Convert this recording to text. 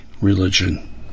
religion